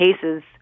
cases